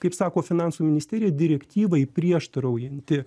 kaip sako finansų ministerija direktyvai prieštaraujanti